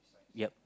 yup